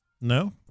No